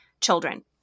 Children